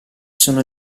sono